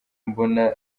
mbona